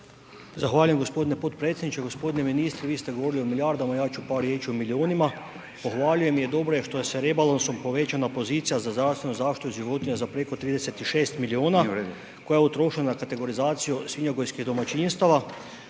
Zahvaljujem gospodine potpredsjedniče. Gospodine ministre vi ste govorili o milijardama ja ću par riječi o milionima, pohvaljujem i dobro je što je sa rebalansom povećana pozicija za zdravstvenu zaštitu životinja za preko 36 miliona koja je utrošena na kategorizaciju svinjogojskih domaćinstava,